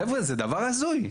חבר'ה, זה דבר הזוי.